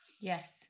yes